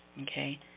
Okay